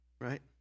Right